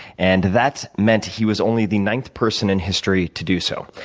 and that meant he was only the ninth person in history to do so.